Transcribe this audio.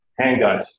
handguns